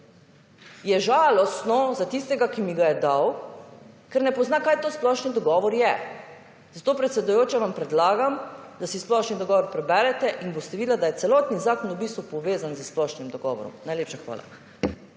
je žalostno za tistega, ki mi ga je dal, ker ne pozna kaj to splošni dogovor je. Zato predsedujoča vam predlagam, da si splošni dogovor preberete in boste videla, da je celotni zakon v bistvu povezan s splošnim dogovorom. Najlepša hvala.